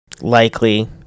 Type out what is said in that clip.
likely